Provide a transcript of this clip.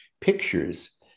pictures